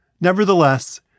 Nevertheless